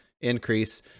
increase